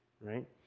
Right